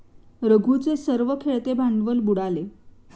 रघूचे सर्व खेळते भांडवल बुडाले